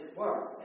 work